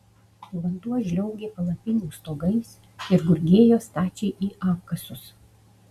vanduo žliaugė palapinių stogais ir gurgėjo stačiai į apkasus